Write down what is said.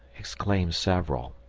exclaimed several,